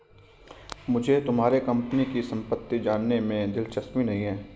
मुझे तुम्हारे कंपनी की सम्पत्ति जानने में दिलचस्पी नहीं है